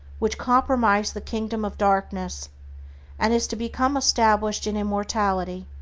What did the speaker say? which comprise the kingdom of darkness and is to become established in immortality,